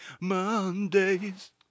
Monday's